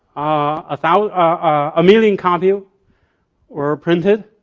about a million copy were printed.